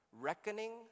reckoning